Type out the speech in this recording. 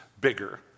bigger